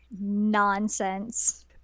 nonsense